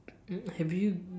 have you